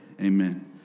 Amen